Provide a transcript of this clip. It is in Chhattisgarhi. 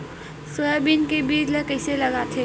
सोयाबीन के बीज ल कइसे लगाथे?